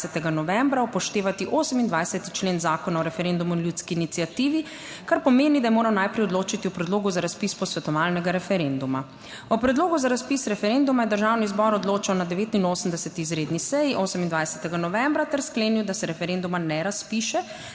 novembra upoštevati 28. člen zakona o referendumu in ljudski iniciativi, kar pomeni, da je moral odločiti o predlogu za razpis posvetovalnega referenduma. O predlogu za razpis referenduma je Državni zbor odločal na 89. izredni seji 28. novembra ter sklenil, da se referenduma ne razpiše,